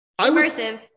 immersive